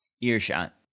Earshot